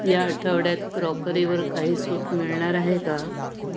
या आठवड्यात क्रॉकरीवर काही सूट मिळणार आहे का